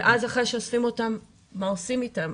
ואז, אחרי שאוספים אותם, מה עושים איתם?